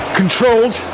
controlled